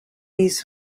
his